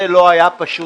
זה לא היה פשוט,